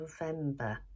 November